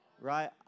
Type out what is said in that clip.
right